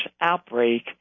outbreak